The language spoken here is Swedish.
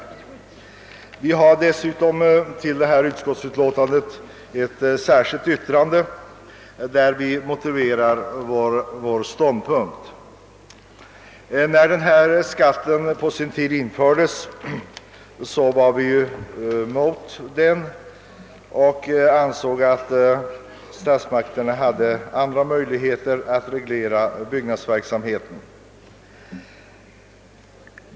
Vi har dessutom motiverat vår ståndpunkt i ett särskilt yttrande. När investeringsavgiften på sin tid infördes var vi emot den och ansåg att statsmakterna hade andra möjligheter att reglera byggnadsverksamheten.